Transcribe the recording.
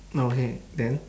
okay then